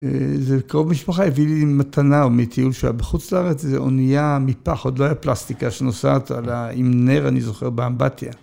זה קרוב משפחה הביא לי מתנה מטיול שהיה בחוץ לארץ, זה אונייה מפח, עוד לא היה פלסטיקה שנוסעת על...ה... עם נר, אני זוכר באמבטיה.